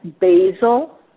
basil